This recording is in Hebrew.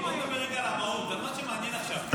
בוא נדבר רגע על המהות, על מה שמעניין עכשיו.